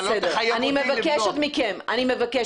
אתה לא תחייב אותי -- אני מבקשת מכם לתת